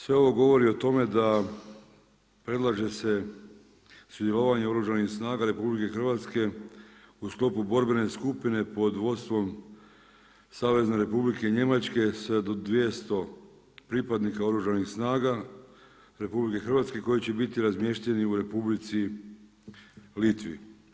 Sve ovo govori o tome da predlaže se sudjelovanje Oružanih snaga RH u sklopu borbene skupine pod vodstvom Savezne Republike Njemačke sa do 200 pripadnika Oružanih snaga RH koji će biti razmješteni u Republici Litvi.